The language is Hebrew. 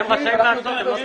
הם רשאים לעשות,